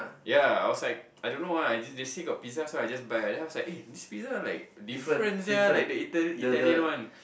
yea I was like I don't know lah it's just they say got pizza so I just buy then I was like this pizza is different sia like the ital~ Italian ones